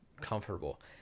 comfortable